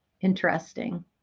Interesting